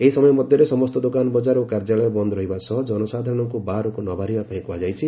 ଏହି ସମୟ ମଧ୍ଧରେ ସମସ୍ତ ଦୋକାନବଙାର ଓ କାର୍ଯ୍ୟାଳୟ ବନ୍ଦ ରହିବା ସହ ଜନସାଧାରଶଙ୍କୁ ବାହାରକୁ ନ ବାହାରିବା ପାଇଁ କୁହାଯାଇଛି